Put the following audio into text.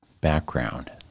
background